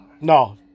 No